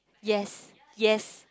yes yes